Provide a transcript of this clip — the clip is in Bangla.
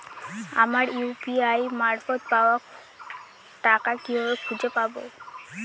আমার ইউ.পি.আই মারফত পাওয়া টাকা কিভাবে খুঁজে পাব?